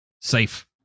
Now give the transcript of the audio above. safe